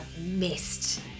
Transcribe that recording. missed